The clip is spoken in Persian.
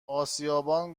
اسیابان